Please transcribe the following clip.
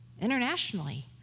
internationally